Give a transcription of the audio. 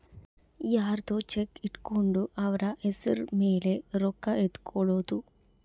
ಯರ್ದೊ ಚೆಕ್ ಇಟ್ಕೊಂಡು ಅವ್ರ ಹೆಸ್ರ್ ಮೇಲೆ ರೊಕ್ಕ ಎತ್ಕೊಳೋದು